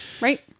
right